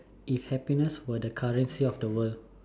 if happiness were the currency of the world